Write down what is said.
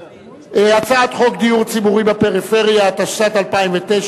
הצעת חוק דיור ציבורי בפריפריה, התשס"ט 2009,